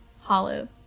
hollow